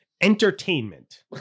Entertainment